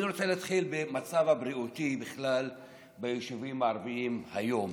אני רוצה להתחיל במצב הבריאותי בכלל ביישובים הערביים היום.